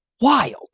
wild